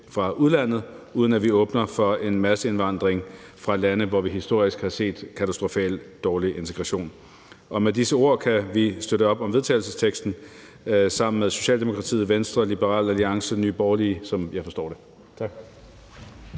fra udlandet, uden at vi åbner for en masseindvandring fra lande, hvor vi historisk har set katastrofalt dårlig integration. Med disse ord kan vi støtte op om vedtagelsesteksten sammen med Socialdemokratiet, Venstre, Liberal Alliance, Nye Borgerlige, som jeg forstår det.